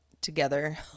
together